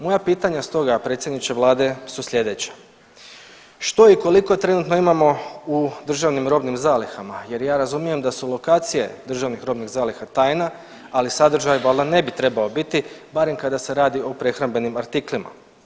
Moja pitanja stoga predsjedniče Vlade su sljedeća: Što i koliko trenutno imamo u državnim robnim zalihama, jer ja razumijem da su lokacije državnih robnih zaliha tajna, ali sadržaj valjda ne bi trebao biti barem kada se radi o prehrambenim artiklima.